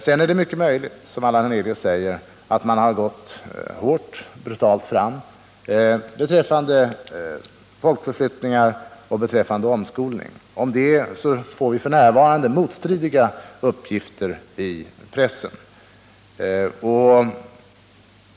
Sedan är det mycket möjligt, som Allan Hernelius säger, att man har gått brutalt fram beträffande folkförflyttningar och omskolning. Om det får vi f. n. motstridiga uppgifter i pressen.